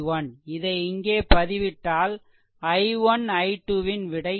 இதை இங்கே பதிவிட்டால் i1 i2 ன் விடை கிடைக்கும்